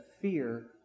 fear